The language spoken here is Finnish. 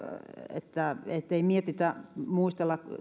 että ei mietitä ei muistella